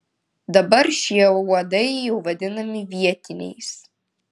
dabar šie uodai jau vadinami vietiniais